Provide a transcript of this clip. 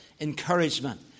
encouragement